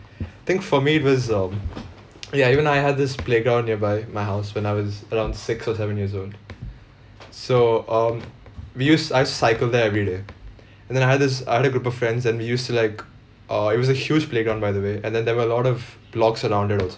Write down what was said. think for me it was um ya you and I had this playground nearby my house when I was around six or seven years old so um we used I used to cycle there everyday and then I had this I had a group of friends and we used to like uh it was a huge playground by the way and then there were a lot of blocks around it also